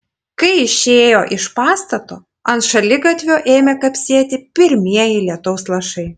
kai išėjo iš pastato ant šaligatvio ėmė kapsėti pirmieji lietaus lašai